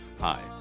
Hi